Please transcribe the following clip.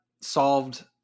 solved